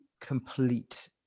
complete